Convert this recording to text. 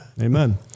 Amen